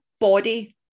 body